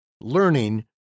Learning